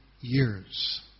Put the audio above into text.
years